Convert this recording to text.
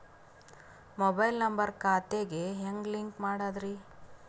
Mobile number ಖಾತೆ ಗೆ ಹೆಂಗ್ ಲಿಂಕ್ ಮಾಡದ್ರಿ?